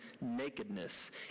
nakedness